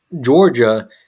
Georgia